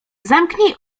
zamknij